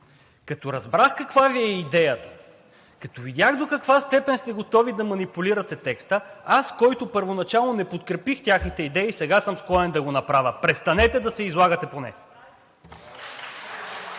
като разбрах каква Ви е идеята, като видях до каква степен сте готови да манипулирате текста, аз, който първоначално не подкрепих техните идеи, сега съм склонен да го направя. Престанете да се излагате поне!